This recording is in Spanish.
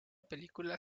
película